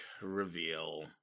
reveal